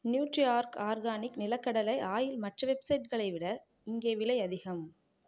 நியூட்ரிஆர்க் organic நிலக்கடலை oil மற்ற வெப்சைட்களை விட இங்கே விலை அதிகம்